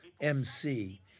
MC